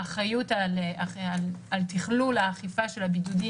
האחריות על תכלול האכיפה של הבידודים